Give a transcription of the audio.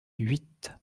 huit